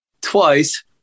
twice